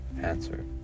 Answer